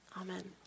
Amen